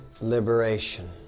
liberation